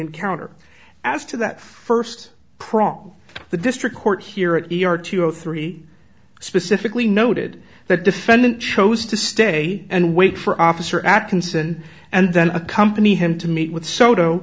encounter after that first prong the district court here at the r t o three specifically noted that defendant chose to stay and wait for officer atkinson and then accompany him to meet with so